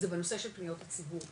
זה בנושא של פניות הציבור,